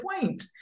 point